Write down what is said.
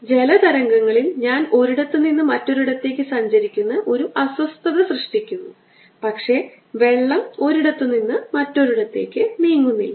അതുപോലെ ജല തരംഗങ്ങളിൽ ഞാൻ ഒരിടത്തുനിന്ന് മറ്റൊരിടത്തേക്ക് സഞ്ചരിക്കുന്ന ഒരു അസ്വസ്ഥത സൃഷ്ടിക്കുന്നു പക്ഷേ വെള്ളം ഒരിടത്തുനിന്ന് മറ്റൊരിടത്തേക്ക് നീങ്ങുന്നില്ല